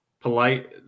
Polite